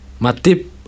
Matip